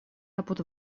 apud